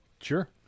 Sure